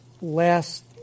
last